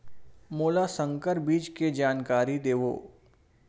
मोला संकर बीज के जानकारी देवो?